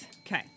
Okay